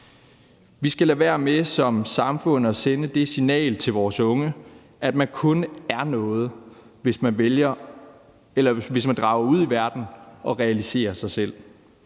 Vi skal lade være med som samfund at sende det signal til vores unge, at man kun er noget, hvis man drager ud i verden og realiserer sig selv.